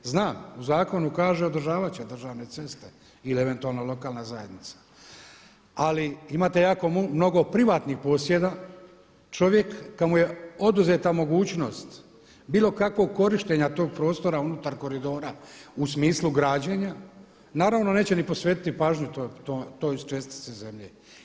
Znam, u zakonu kaže održavat će državne ceste ili eventualno lokalna zajednica, ali imate jako mnogo privatnih posjeda, čovjek kojemu je oduzeta mogućnost bilo kakvog korištenja tog prostora unutar koridora u smislu građenja naravno neće ni posvetiti pažnju toj čestici zemlje.